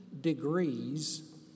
degrees